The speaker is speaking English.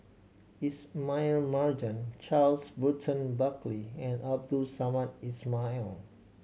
Ismail Marjan Charles Burton Buckley and Abdul Samad Ismail